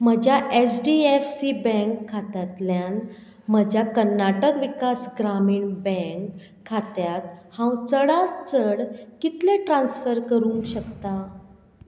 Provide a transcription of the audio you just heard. म्हज्या H D F C bank खात्यांतल्यान म्हज्या कर्नाटक विकास ग्रामीण बँक खात्यात हांव चडांत चड कितले ट्रान्स्फर करूंक शकता